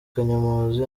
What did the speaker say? kanyomozi